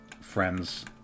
friends